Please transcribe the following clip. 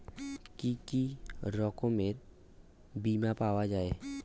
কি কি রকমের বিমা পাওয়া য়ায়?